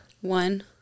One